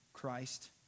Christ